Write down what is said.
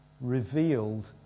Revealed